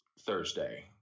Thursday